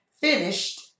finished